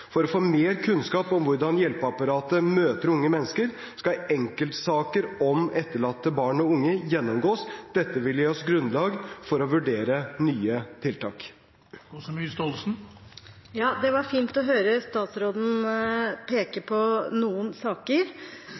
For å få mer kunnskap om hvordan hjelpeapparatet møter unge mennesker, skal enkeltsaker om etterlatte barn og unge gjennomgås. Dette vil gi oss grunnlag for å vurdere nye tiltak. Det var fint å høre statsråden peke på noen saker.